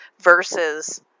versus